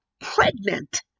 pregnant